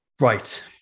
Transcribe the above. Right